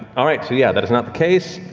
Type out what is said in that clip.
all right, so, yeah, that is not the case.